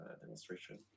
demonstration